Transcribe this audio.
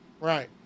Right